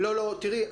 תראי,